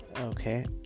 okay